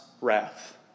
wrath